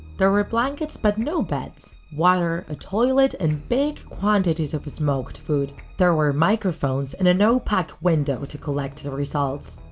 there were blankets but no beds, water, a toilet and big quantities of smoked food. there were microphones and an opaque window to collect the results.